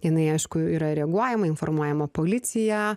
jinai aišku yra reaguojama informuojama policija